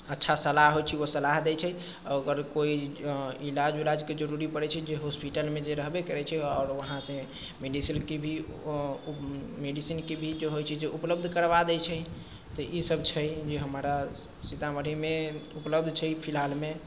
अच्छा सलाह होइत छै ओ सलाह दै छै आ ओकर कोइ ईलाज उलाजके जरूरी पड़ैत छै जे हॉस्पिटलमे जे रहबे करैत छै आओर वहाँ से मेडिसिनके भी मेडिसिनके भी जो होइत छै जो उपलब्ध करबा दै छै तऽ ई सब छै जे हमरा सीतामढ़ीमे उपलब्ध छै फिलहालमे